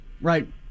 right